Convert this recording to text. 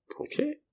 Okay